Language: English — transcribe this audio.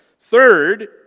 Third